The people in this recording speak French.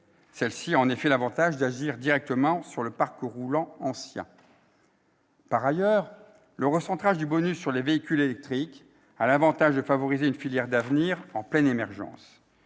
Cette prime a en effet l'avantage d'agir directement sur le parc roulant ancien. Par ailleurs, le recentrage du bonus sur les véhicules électriques a l'avantage de favoriser une filière d'avenir, en pleine émergence.